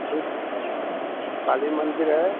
काली काली मंदिर है